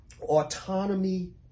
autonomy